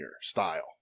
style